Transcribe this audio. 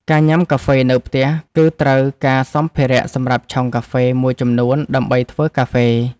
ការញ៉ាំកាហ្វេនៅផ្ទះ គឺត្រូវការសម្ភារៈសម្រាប់ឆុងកាហ្វេមួយចំនួនដើម្បីធ្វើកាហ្វេ។